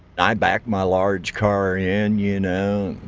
i backed my large car in, you know,